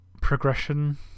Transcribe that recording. progression